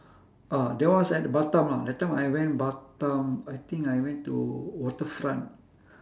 ah that was at the batam lah that time I went batam I think I went to waterfront